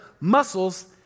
muscles